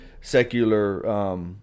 secular